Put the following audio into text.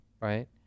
right